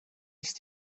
est